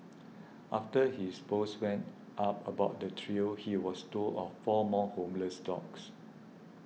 after his post went up about the trio he was told of four more homeless dogs